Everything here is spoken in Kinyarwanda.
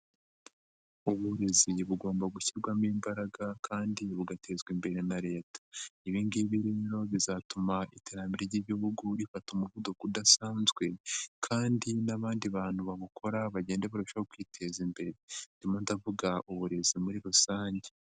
Uburezi bugomba gushyirwamo imbaraga kandi bugatezwa imbere na leta. Ibi ngibi rero bizatuma iterambere ry'igihugu rifata umuvuduko udasanzwe kandi n'abandi bantu babukora bagenda barushaho kwiteza imbere. Ndimo ndavuga uburezi muri rusange.